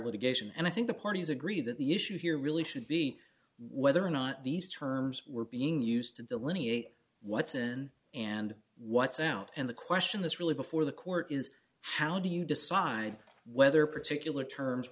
litigation and i think the parties agree that the issue here really should be whether or not these terms were being used to delineate what's in and what's out and the question this really before the court is how do you decide whether particular terms